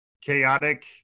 chaotic